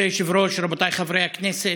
כבוד היושב-ראש, רבותיי חברי הכנסת,